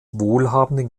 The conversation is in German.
wohlhabenden